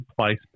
place